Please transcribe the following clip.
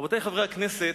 רבותי חברי הכנסת,